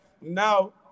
now